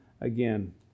again